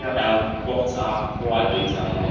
yeah our quotes are quite detailed,